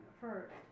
first